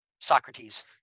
Socrates